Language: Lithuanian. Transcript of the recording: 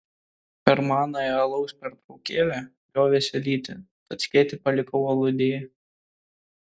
per manąją alaus pertraukėlę liovėsi lyti tad skėtį palikau aludėje